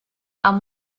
amb